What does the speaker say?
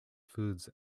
foods